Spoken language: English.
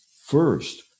first